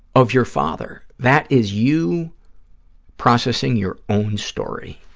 of your father. that is you processing your own story.